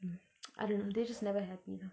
mm I don't know they are just never happy